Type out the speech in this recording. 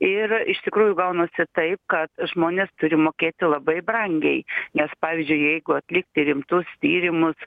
ir iš tikrųjų gaunasi taip kad žmonės turi mokėti labai brangiai nes pavyzdžiui jeigu atlikti rimtus tyrimus